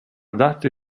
date